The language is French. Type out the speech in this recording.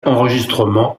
enregistrement